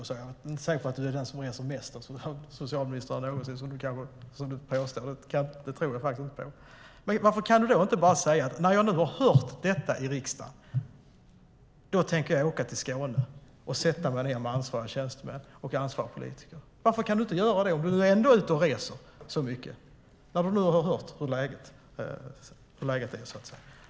Det är inte säkert att du är den socialminister som har rest mest, som du påstår. Det tror jag faktiskt inte på. Varför kan du då inte bara säga "När jag nu hört detta i riksdagen, då tänker jag åka till Skåne och sätta mig ned med ansvariga tjänstemän och ansvariga politiker"? Varför kan du inte göra det, om du ändå är ute och reser så mycket - när du nu har hört hur läget är?